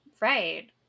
right